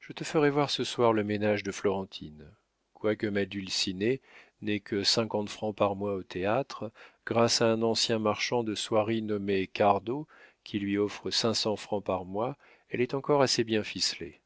je te ferai voir ce soir le ménage de florentine quoique ma dulcinée n'ait que cinquante francs par mois au théâtre grâce à un ancien marchand de soieries nommé cardot qui lui offre cinq cents francs par mois elle est encore assez bien ficelée